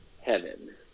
Heaven